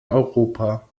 europa